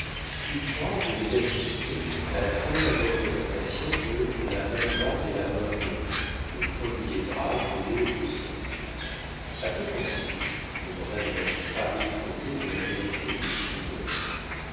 tous trois venaient d'assister à la première représentation de la main droite et la main gauche le premier drame de léon gozlan a quoi pensez-vous demanda le magistrat effrayé de la mélancolie de son idole